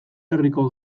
herriko